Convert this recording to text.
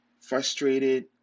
frustrated